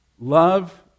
love